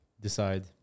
decide